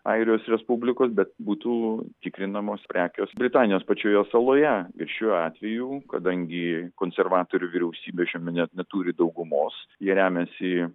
airijos respublikos bet būtų tikrinamos prekės britanijos pačioje saloje ir šiuo atveju kadangi konservatorių vyriausybė šiuo me ne neturi daugumos jie remiasi